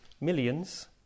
millions